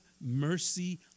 mercy